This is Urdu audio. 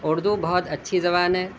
اردو بہت اچھی زبان ہے